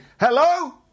hello